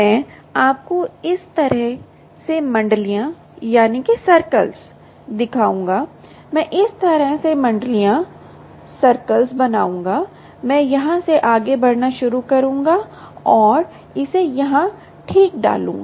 मैं आपको इस तरह से मंडलियां दिखाऊंगा मैं इस तरह से मंडलियां बनाऊंगा मैं यहां से आगे बढ़ना शुरू करूंगा और इसे यहां ठीक डालूंगा